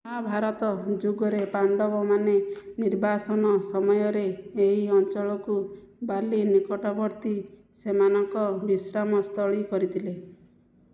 ମହାଭାରତ ଯୁଗରେ ପାଣ୍ଡବମାନେ ନିର୍ବାସନ ସମୟରେ ଏହି ଅଞ୍ଚଳକୁ ବାଲି ନିକଟବର୍ତ୍ତୀ ସେମାନଙ୍କ ବିଶ୍ରାମସ୍ଥଳୀ କରିଥିଲେ